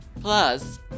Plus